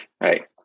right